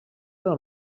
del